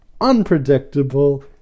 unpredictable